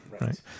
right